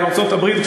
אתה עם ארצות-הברית,